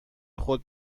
خود